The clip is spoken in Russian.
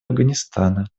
афганистана